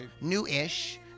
New-ish